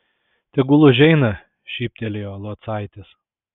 tegul užeina šyptelėjo locaitis